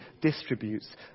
distributes